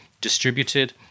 distributed